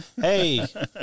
Hey